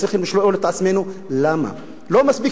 היינו צריכים